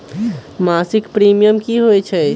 मासिक प्रीमियम की होई छई?